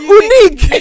unique